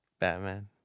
Batman